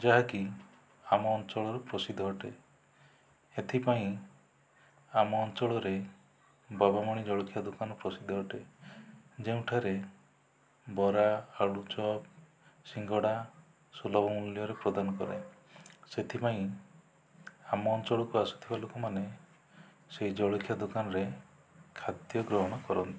ଯାହାକି ଆମ ଅଞ୍ଚଳର ପ୍ରସିଦ୍ଧ ଅଟେ ସେଥିପାଇଁ ଆମ ଅଞ୍ଚଳରେ ବାବାମଣି ଜଳଖିଆ ଦୋକାନ ପ୍ରସିଦ୍ଧ ଅଟେ ଯେଉଁଠାରେ ବରା ଆଳୁଚପ ଶିଙ୍ଗଡ଼ା ସୁଲଭ ମୂଲ୍ୟରେ ପ୍ରଦାନ କରେ ସେଥିପାଇଁ ଆମ ଅଞ୍ଚଳକୁ ଆସୁଥିବା ଲୋକମାନେ ସେହି ଜଳଖିଆ ଦୋକାନରେ ଖାଦ୍ୟ ଗ୍ରହଣ କରନ୍ତି